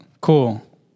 cool